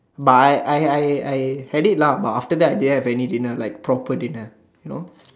but I I I had it lah but after that didn't have any dinner like proper dinner you know